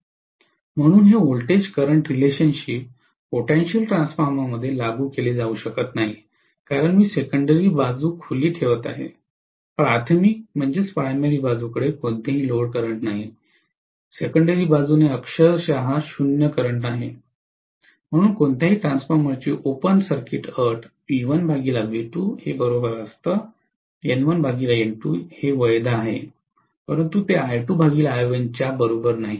म्हणून हे voltage current relationship potential ट्रान्सफॉर्मरमध्ये लागू केले जाऊ शकत नाही कारण मी सेकेंडरी बाजू खुली ठेवत आहे प्राथमिक बाजूकडे कोणतेही लोड करंट नाही सेकेंडरी बाजूने अक्षरशः शून्य करंट आहे म्हणून कोणत्याही ट्रान्सफॉर्मरची ओपन सर्किट अट वैध आहे परंतु ते च्या बरोबर नाही